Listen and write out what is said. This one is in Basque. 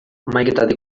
hamaiketatik